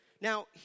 Now